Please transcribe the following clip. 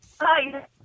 Hi